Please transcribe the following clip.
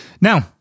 Now